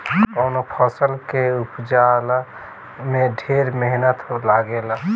कवनो फसल के उपजला में ढेर मेहनत लागेला